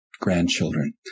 grandchildren